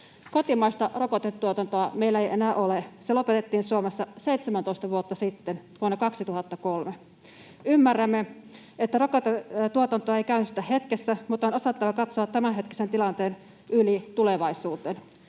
Kotimaista rokotetuotantoa meillä ei enää ole. Se lopetettiin Suomessa 17 vuotta sitten, vuonna 2003. Ymmärrämme, että rokotetuotantoa ei käynnistetä hetkessä, mutta on osattava katsoa tämänhetkisen tilanteen yli tulevaisuuteen.